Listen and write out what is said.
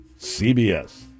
CBS